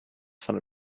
sun